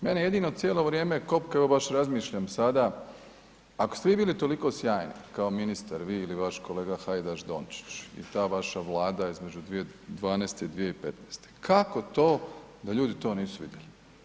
Mene jedino cijelo vrijeme kopkaju, baš razmišljam sada, ako ste vi bili toliko sjajni kao ministar, vi ili vaš kolega Hajdaš Dončić i ta vaša Vlada između 2012. i 2015., kako to da ljudi to nisu vidjeli?